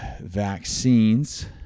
vaccines